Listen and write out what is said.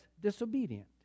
disobedient